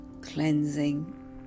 Cleansing